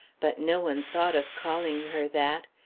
but no one thought of calling her that.